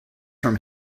from